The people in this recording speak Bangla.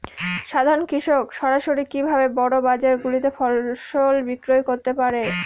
সাধারন কৃষক সরাসরি কি ভাবে বড় বাজার গুলিতে ফসল বিক্রয় করতে পারে?